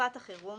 בתקופת החירום